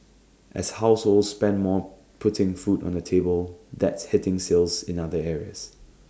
as households spend more putting food on the table that's hitting sales in other areas